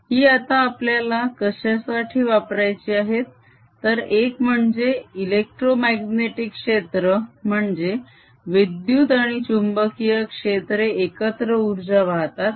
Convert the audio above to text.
ही आता आपल्याला कशासाठी वापरायची आहेत तर एक म्हणजे इलेक्ट्रोमाग्नेटीक क्षेत्र म्हणजे विद्युत आणि चुंबकीय क्षेत्रे एकत्र उर्जा वाहतात